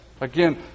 Again